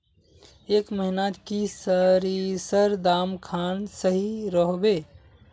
ए महीनात की सरिसर दाम खान सही रोहवे?